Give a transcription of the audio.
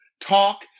talk